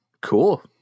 cool